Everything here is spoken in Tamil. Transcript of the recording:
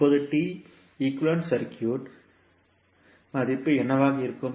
இப்போது T ஈக்குவேலன்ட் சர்க்யூட் பாராமீட்டர்களின் மதிப்பு என்னவாக இருக்கும்